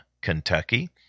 Kentucky